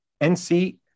NC